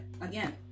again